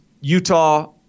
Utah